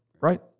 Right